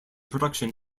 production